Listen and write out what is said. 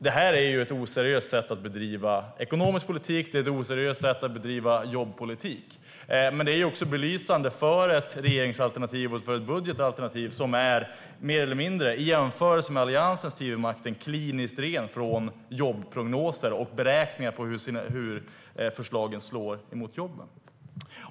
Det är ett oseriöst sätt att bedriva ekonomisk politik, och det är ett oseriöst sätt att bedriva jobbpolitik. Det är också belysande för ett regeringsalternativ och ett budgetalternativ som i jämförelse med dem under Alliansens tid vid makten mer eller mindre är kliniskt rent från jobbprognoser och beräkningar på hur förslagen slår mot jobben.